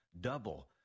Double